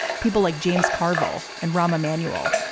people like james carville and rahm emanuel,